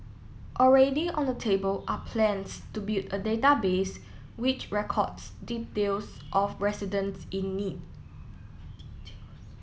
already on the table are plans to build a database which records details of residents in need